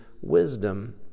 wisdom